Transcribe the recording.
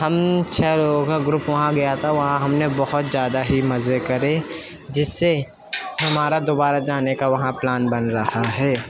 ہم چھ لوگوں کا گروپ وہاں گیا تھا وہاں ہم نے بہت زیادہ ہی مزے کرے جس سے ہمارا دوبارہ جانے کا وہاں پلان بن رہا ہے